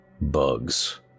Bugs